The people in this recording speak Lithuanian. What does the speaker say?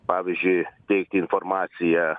pavyzdžiui teikti informaciją